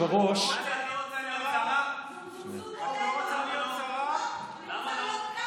יו"ר הכנסת הוציא את הכנסת להפסקה של שלוש שעות בגלל זה.